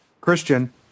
Christian